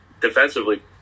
defensively